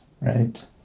right